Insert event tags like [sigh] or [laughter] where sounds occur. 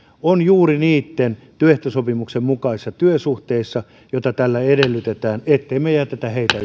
on juuri työehtosopimuksen mukaisessa työsuhteessa jota tällä edellytetään että me emme jätä heitä [unintelligible]